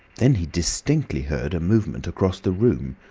then he distinctly heard a movement across the room,